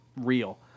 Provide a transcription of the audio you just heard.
real